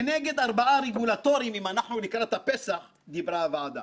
כנגד ארבע רגולטורים דיברה הוועדה: